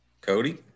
Cody